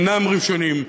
אינם ראשונים,